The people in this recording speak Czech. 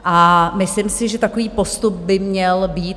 A myslím si, že takový postup by měl být.